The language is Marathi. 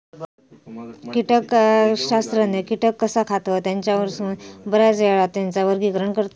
कीटकशास्त्रज्ञ कीटक कसा खातत ह्येच्यावरून बऱ्याचयेळा त्येंचा वर्गीकरण करतत